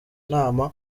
nama